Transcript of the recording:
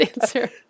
answer